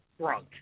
drunk